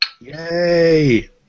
Yay